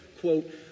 quote